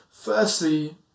Firstly